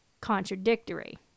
contradictory